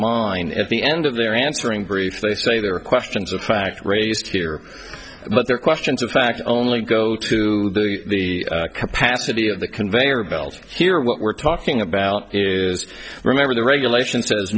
mine at the end of their answering brief they say there are questions of fact raised here but there are questions of fact only go to the capacity of the conveyor belt here what we're talking about is remember the regulations